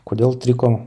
kodėl triko